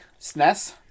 SNES